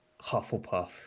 Hufflepuff